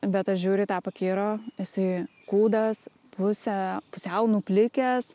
bet aš žiūriu į tą pakiro jisai kūdas pusę pusiau nuplikęs